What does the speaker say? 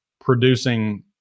producing